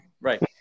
Right